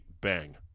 Bang